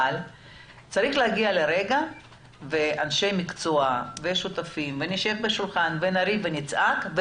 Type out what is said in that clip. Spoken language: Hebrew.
אבל צריך להגיע לשולחן של אנשי מקצוע ונריב ונצעק,